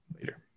later